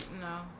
no